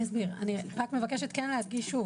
אני אסביר אבל אני רק מבקשת כן להדגיש שוב